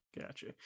gotcha